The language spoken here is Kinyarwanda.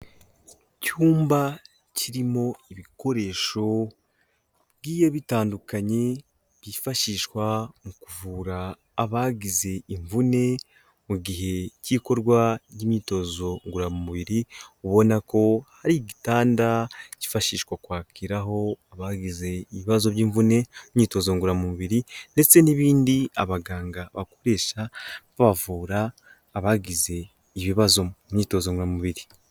Icyumba kirimo ibikoresho bigiye bitandukanye byifashishwa mu kuvura abagize imvune mu gihe cy'ikorwa ry'imyitozo ngororamubiri, ubona ko hari igitanda cyifashishwa kwakiraho abagize ibibazo by'imvune, imyitozo ngororamubiri ndetse n'ibindi abaganga bakoresha bavura abagize ibibazo mu myitozo ngororamubiri.